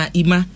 ima